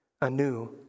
anew